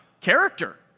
character